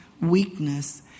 weakness